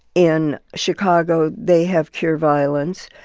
in chicago they have cure violence.